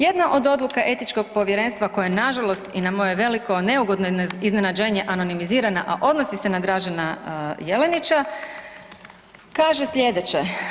Jedna od odluka etičkog povjerenstva koja nažalost i na moje veliko neugodno iznenađenje anonimizirana, a odnosi se na Dražena Jelenića kaže slijedeće.